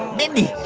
mindy,